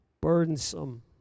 burdensome